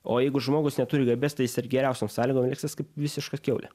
o jeigu žmogus neturi garbės tais ir geriausiom sąlygom elgsis kaip visiška kiaulė